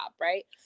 right